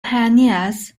pioneers